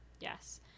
Yes